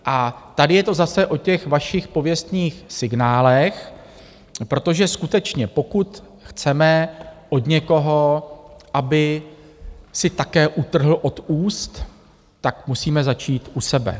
A tady je to zase o těch vašich pověstných signálech, protože skutečně, pokud chceme od někoho, aby si také utrhl od úst, tak musíme začít u sebe.